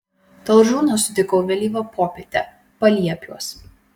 talžūną sutikau vėlyvą popietę paliepiuos